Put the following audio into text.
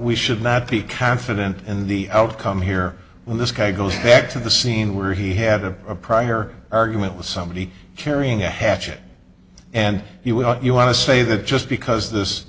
we should not be confident in the outcome here when this guy goes back to the scene where he had a prior argument with somebody carrying a hatchet and you want to say that just because this